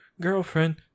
girlfriend